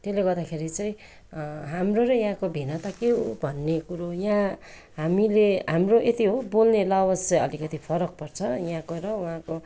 त्यसले गर्दाखेरि चाहिँ हाम्रो र यहाँको भिन्नता के हो भन्ने कुरो यहाँ हामीले हाम्रो यति हो बोल्ने लवाज चाहिँ अलिकति फरक पर्छ यहाँको र उहाँको